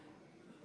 נו, כן.